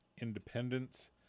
independence